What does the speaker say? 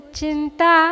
chinta